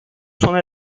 sona